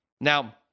Now